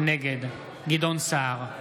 נגד גדעון סער,